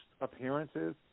appearances